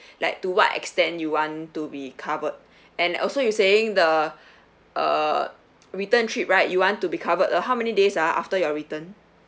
like to what extent you want to be covered and also you're saying the uh return trip right you want to be covered uh how many days ah after you're returned